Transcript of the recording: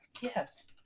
yes